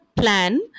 Plan